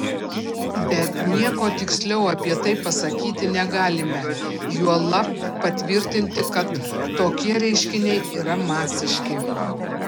bet nieko tiksliau apie tai pasakyti negalime juolab patvirtinti kad tokie reiškiniai yra masiški